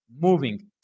moving